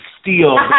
steal